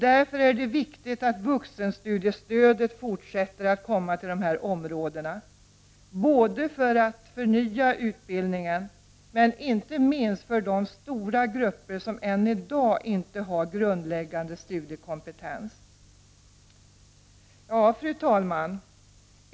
Därför är det viktigt att vuxenstudiestödet ges även fortsättningsvis i de här områdena, både för att förnya utbildningen och, inte minst, för att stödja de stora grupper som ännu i dag inte har en grundläggande studiekompetens. Fru talman!